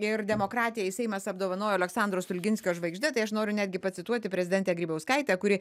ir demokratijai seimas apdovanojo aleksandro stulginskio žvaigžde tai aš noriu netgi pacituoti prezidentę grybauskaitę kuri